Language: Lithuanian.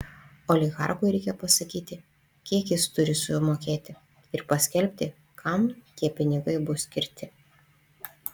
oligarchui reikia pasakyti kiek jis turi sumokėti ir paskelbti kam tie pinigai bus skirti